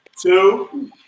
two